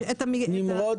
נמרוד